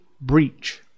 breach